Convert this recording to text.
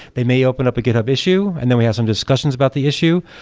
they may open up a github issue and then we have some discussions about the issue.